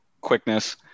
quickness